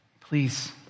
Please